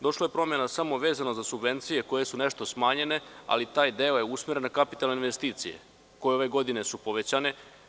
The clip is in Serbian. Došlo je do promena samo vezano za subvencije koje su nešto smanjene, ali taj deo je usmeren na kapitalne investicije, koje su ove godine povećane.